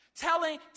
telling